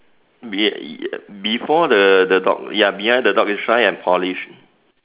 be uh before the the dog ya behind the dog is shine and polish